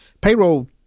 Payroll